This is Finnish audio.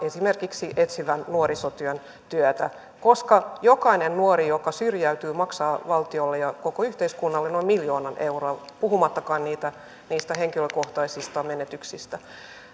esimerkiksi etsivän nuorisotyön työtä koska jokainen nuori joka syrjäytyy maksaa valtiolle ja koko yhteiskunnalle noin miljoona euroa puhumattakaan niistä henkilökohtaisista menetyksistä